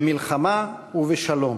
במלחמה ובשלום,